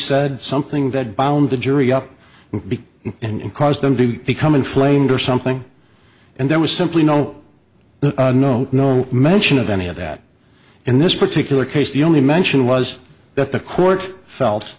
said something that bound the jury up big and caused them to become inflamed or something and there was simply no no no no mention of any of that in this particular case the only mention was that the court felt